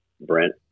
Brent